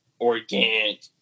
organic